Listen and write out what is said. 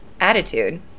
attitude